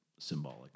Symbolic